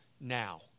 Now